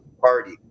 party